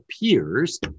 appears